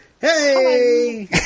Hey